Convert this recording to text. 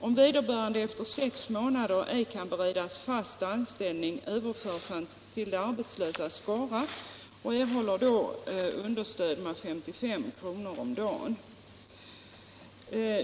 Om vederbörande efter sex månader ej kan beredas fast anställning, överförs han till de arbetslösas skara och erhåller då understöd med 55 kr. om dagen.